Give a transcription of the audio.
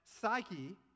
psyche